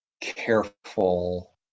careful